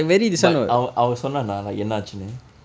but அவன் அவன் சொன்னானா:avan avan sonnaanaa like என்ன ஆகியதுனு:enna aakivathunnu